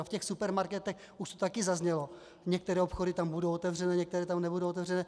A v těch supermarketech, už to taky zaznělo, některé obchody tam budou otevřené, některé tam nebudou otevřené.